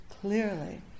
clearly